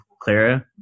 clara